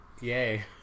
Yay